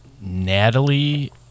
Natalie